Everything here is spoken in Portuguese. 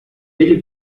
ele